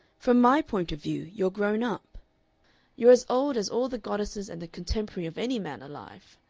from my point of view you're grown up you're as old as all the goddesses and the contemporary of any man alive.